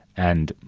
and,